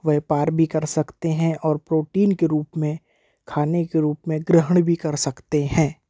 व्यापार भी कर सकते हैं और प्रोटीन के रूप में खाने के रूप में ग्रहण भी कर सकते हैं